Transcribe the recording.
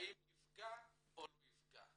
האם זה יפגע או לא יפגע.